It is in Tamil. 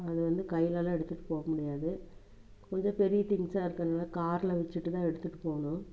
அது வந்து கைலலாம் எடுத்துட்டு போக முடியாது கொஞ்சம் பெரிய திங்ஸ்ஸாக இருக்கிறதுனால கார்ல வச்சி தான் எடுத்துட்டு போகணும்